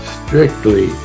strictly